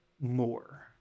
more